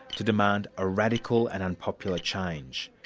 to demand a radical and unpopular change.